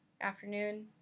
afternoon